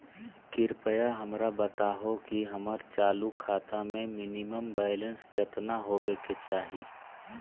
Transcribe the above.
कृपया हमरा बताहो कि हमर चालू खाता मे मिनिमम बैलेंस केतना होबे के चाही